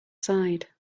side